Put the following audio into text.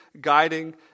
guiding